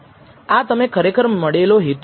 આ તમે ખરેખર મળેલો હેતુ છે